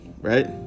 right